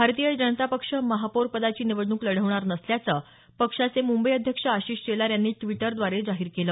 भारतीय जनता पक्षानं महापौर पदाची निवडणूक लढवणार नसल्याचं पक्षाचे मुंबई अध्यक्ष आशिष शेलार यांनी ट्वीटद्वारे जाहीर केलं